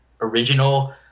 original